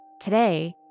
Today